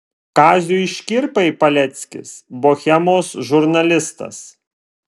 kaziui škirpai paleckis bohemos žurnalistas